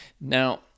Now